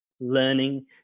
learning